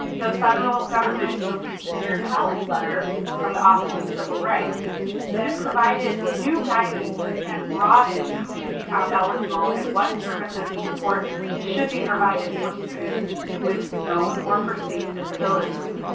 the federal government released a dear colleague letter from the office of civil rights that provided new guidance that again broadened who should be found eligible and what services and supports should be provided for students with known or perceived disabilities.